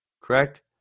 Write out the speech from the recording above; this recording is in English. correct